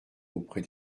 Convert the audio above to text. auprès